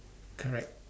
correct